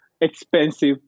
expensive